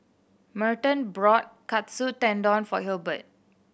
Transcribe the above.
Merton bought Katsu Tendon for Hilbert